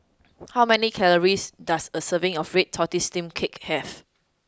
how many calories does a serving of red tortoise steamed cake have